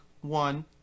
One